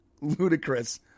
ludicrous